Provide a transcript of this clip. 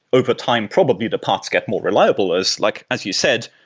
overtime, probably the parts get more reliable. as like as you said,